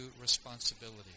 responsibility